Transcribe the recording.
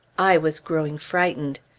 i was growing frightened.